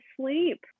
sleep